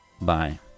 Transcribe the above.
bye